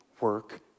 work